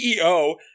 CEO